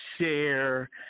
share